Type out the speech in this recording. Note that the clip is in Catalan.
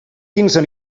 quinze